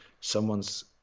Someone's